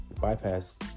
bypass